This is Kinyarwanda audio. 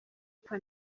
apfa